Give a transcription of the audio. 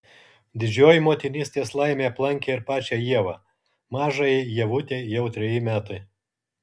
didžioji motinystės laimė aplankė ir pačią ievą mažajai ievutei jau treji metai